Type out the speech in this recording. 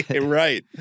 Right